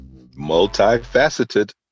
Multifaceted